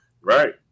Right